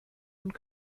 und